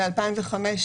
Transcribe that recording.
ב-2005,